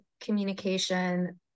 communication